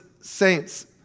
Saints